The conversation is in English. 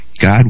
God